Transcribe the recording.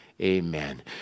Amen